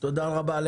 תודה רבה.